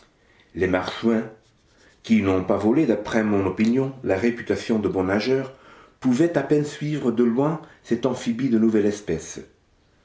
les marsouins qui n'ont pas volé d'après mon opinion la réputation de bons nageurs pouvaient à peine suivre de loin cet amphibie de nouvelle espèce